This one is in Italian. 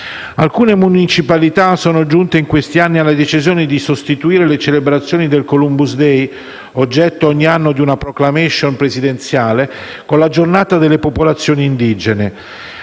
Alcune municipalità sono giunte in questi anni alla decisione di sostituire le celebrazioni del Columbus day, oggetto ogni anno di una *proclamation* presidenziale, con la Giornata delle popolazioni indigene.